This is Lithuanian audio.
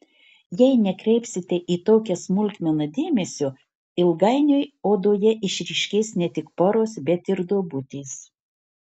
jei nekreipsite į tokią smulkmeną dėmesio ilgainiui odoje išryškės ne tik poros bet ir duobutės